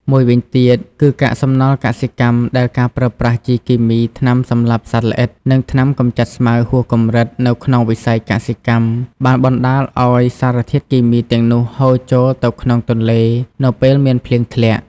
មួយវិញទៀតគឺ កាកសំណល់កសិកម្ម ដែលការប្រើប្រាស់ជីគីមី ថ្នាំសម្លាប់សត្វល្អិត និងថ្នាំកម្ចាត់ស្មៅហួសកម្រិតនៅក្នុងវិស័យកសិកម្ម បានបណ្តាលឱ្យសារធាតុគីមីទាំងនោះហូរចូលទៅក្នុងទន្លេនៅពេលមានភ្លៀងធ្លាក់។